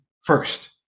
first